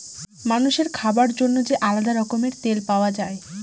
মানুষের খাবার জন্য যে আলাদা রকমের তেল পাওয়া যায়